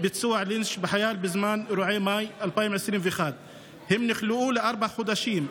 בביצוע לינץ' בזמן אירועי מאי 2012. הם נכלאו לארבעה חודשים,